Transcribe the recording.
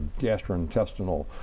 gastrointestinal